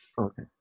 Okay